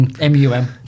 M-U-M